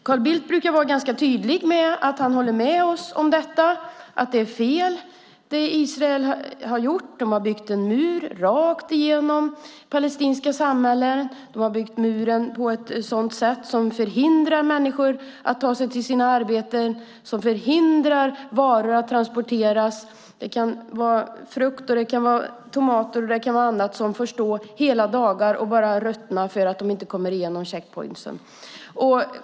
Carl Bildt brukar vara ganska tydlig med att han håller med oss om att det som Israel har gjort är fel. Man har byggt en mur rakt igenom det palestinska samhället. Man har byggt muren på ett sätt som förhindrar människor att ta sig till sig till sina arbeten och som förhindrar att varor transporteras. Det kan vara frukt, tomater och annat som får stå hela dagar och bara ruttna för att de inte kommer igenom denna checkpoint.